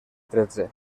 tretze